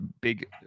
big